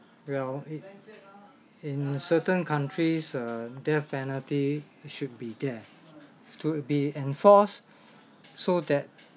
well it in certain countries a death penalty should be death to be enforced so that